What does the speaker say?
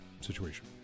situation